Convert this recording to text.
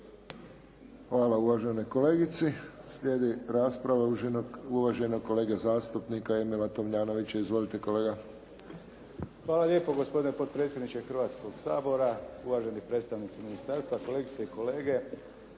Hvala uvaženoj kolegici. Slijedi rasprava uvaženog kolege zastupnika Emila Tomljanovića. Izvolite kolega. **Tomljanović, Emil (HDZ)** Hvala lijepa gospodine potpredsjedniče Hrvatskoga sabora. Uvaženi predstavnici ministarstva, kolegice i kolege.